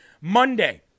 Monday